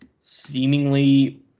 Seemingly